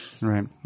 right